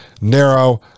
narrow